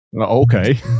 Okay